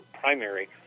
primary